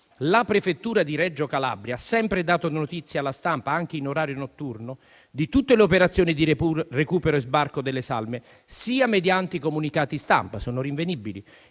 La prefettura di Reggio Calabria ha sempre dato notizie alla stampa, anche in orario notturno, di tutte le operazioni di recupero e sbarco delle salme sia mediante i comunicati stampa (sono rinvenibili)